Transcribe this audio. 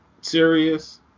Serious